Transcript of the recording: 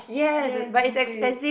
yes buffet